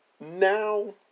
now